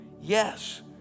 Yes